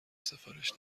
سفارش